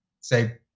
say